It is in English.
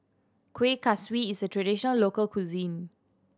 Kueh Kaswi is a traditional local cuisine